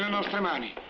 and of pneumonia?